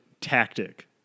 tactic